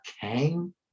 kang